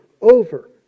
over